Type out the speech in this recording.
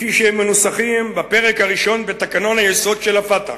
כפי שהם מנוסחים בפרק הראשון בתקנון היסוד של ה'פתח',